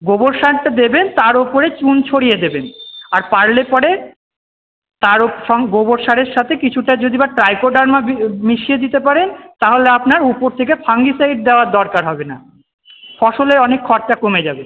গোবর সারটা দেবেন তার উপরে চুন ছড়িয়ে দেবেন আর পারলে পরে তার গোবর সারের সাথে কিছুটা যদি বা ট্রাইকোডার্মা মিশিয়ে দিতে পারেন তাহলে আপনার উপর থেকে ফাঙ্গিসাইড দেওয়ার দরকার হবে না ফসলের অনেক খরচা কমে যাবে